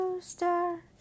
star